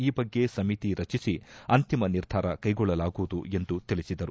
ಈ ಬಗ್ಗೆ ಸಮಿತಿ ರಚಿಸಿ ಅಂತಿಮ ನಿರ್ಧಾರ ಕೈಗೊಳ್ಳಲಾಗುವುದು ಎಂದು ತಿಳಿಸಿದರು